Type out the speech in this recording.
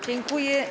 Dziękuję.